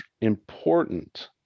important